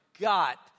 got